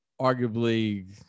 arguably